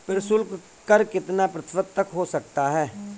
प्रशुल्क कर कितना प्रतिशत तक हो सकता है?